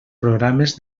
programes